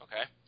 okay